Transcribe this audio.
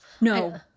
no